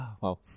wow